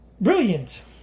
brilliant